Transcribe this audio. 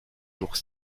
jours